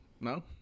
No